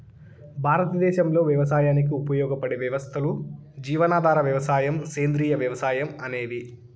భారతదేశంలో వ్యవసాయానికి ఉపయోగపడే వ్యవస్థలు జీవనాధార వ్యవసాయం, సేంద్రీయ వ్యవసాయం అనేవి